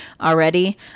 already